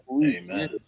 amen